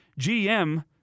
GM